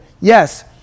Yes